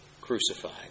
crucified